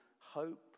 hope